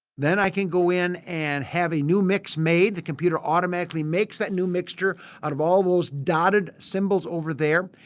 then i can go in and have a new mix made. the computer will automatically make that new mixture out of all those dotted symbols over there.